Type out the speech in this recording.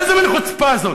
איזה מין חוצפה זאת?